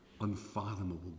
unfathomable